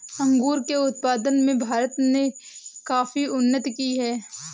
अंगूरों के उत्पादन में भारत ने काफी उन्नति की है